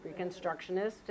reconstructionist